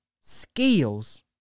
Skills